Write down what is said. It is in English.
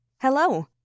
Hello